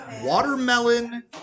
watermelon